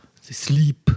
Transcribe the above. sleep